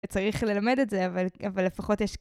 צריך ללמד את זה, אבל לפחות יש...